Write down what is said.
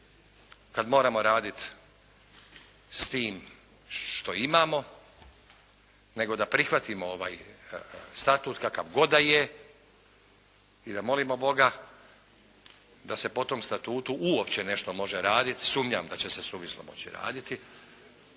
kada moramo raditi s tim što imamo, nego da prihvatimo ovaj statut kakav god da je i da molimo Boga da se po tom statutu uopće može nešto raditi. Sumnjam da će se suvislo moći raditi.